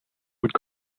would